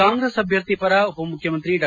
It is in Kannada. ಕಾಂಗ್ರೆಸ್ ಅಭ್ಯರ್ಥಿ ಪರ ಉಪಮುಖ್ಯಮಂತ್ರಿ ಡಾ